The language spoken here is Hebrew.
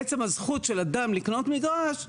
עצם הזכות של אדם לקנות מגרש,